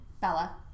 Bella